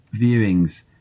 viewings